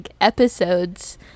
episodes